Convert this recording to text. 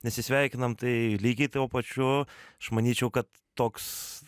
nesisveikinam tai lygiai tuo pačiu aš manyčiau kad toks